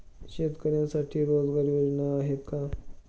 शेतकऱ्यांसाठी रोजगार योजना आहेत का?